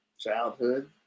childhood